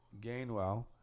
Gainwell